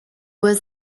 was